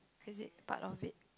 is it part of it